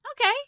Okay